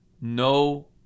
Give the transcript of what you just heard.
no